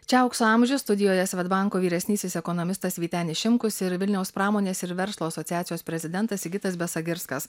čia aukso amžius studijoje svedbanko vyresnysis ekonomistas vytenis šimkus yra vilniaus pramonės ir verslo asociacijos prezidentas sigitas besagirskas